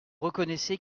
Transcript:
reconnaissez